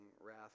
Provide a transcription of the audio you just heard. wrath